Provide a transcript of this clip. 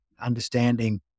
understanding